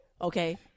okay